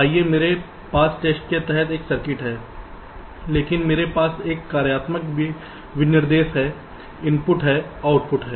इसलिए मेरे पास टेस्ट के तहत एक सर्किट है लेकिन मेरे पास एक कार्यात्मक विनिर्देश है इनपुट हैं आउटपुट हैं